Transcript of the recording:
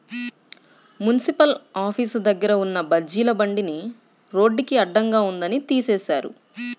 municipal office దగ్గర ఉన్న బజ్జీల బండిని రోడ్డుకి అడ్డంగా ఉందని తీసేశారు